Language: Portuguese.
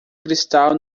cristal